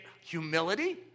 humility